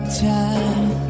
time